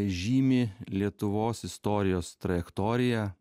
žymi lietuvos istorijos trajektoriją